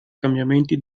cambiamenti